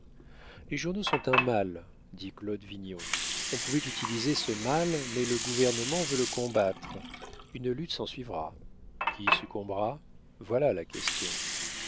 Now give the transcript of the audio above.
les journaux sont un mal dit claude vignon on pouvait utiliser ce mal mais le gouvernement veut le combattre une lutte s'ensuivra qui succombera voilà la question